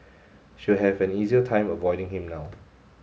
she'll have an easier time avoiding him now